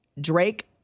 Drake